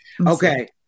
Okay